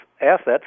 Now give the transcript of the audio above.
assets